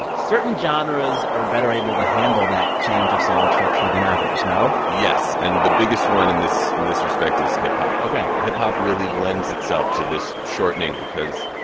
certain genres are better able to handle that change of song structure than others. no? yes. and the biggest one in this in this respect is hip-hop ok hip-hop really lends itself to this shortening because,